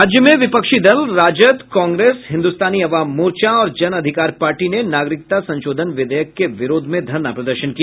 राज्य में विपक्षी दल राजद कांग्रेस हिन्दुस्तानी अवाम मोर्चा और जन अधिकार पार्टी ने नागरिकता संशोधन विधेयक के विरोध में धरना प्रदर्शन किया